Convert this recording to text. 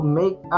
make